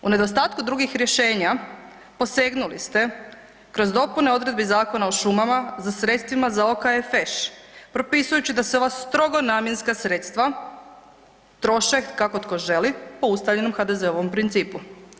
U nedostatku drugih rješenja posegnuli ste kroz dopune odredbi Zakona o šumama za sredstvima za OKFŠ propisujući da se ova strogo namjenska sredstva troše kako tko želi po ustaljenom HDZ-ovom principu.